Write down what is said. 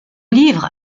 livre